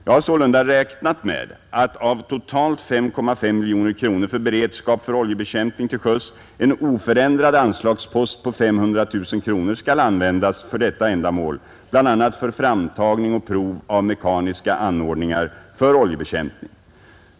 Jag har sålunda räknat med att av totalt 5,5 miljoner kronor för beredskap för oljebekämpning till sjöss en oförändrad anslagspost på 500 000 kronor skall användas för detta ändamål, bl.a. för framtagning och prov av mekaniska anordningar för oljebekämpning.